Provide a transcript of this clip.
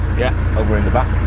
yeah, over in the back,